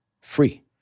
free